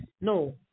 No